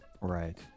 Right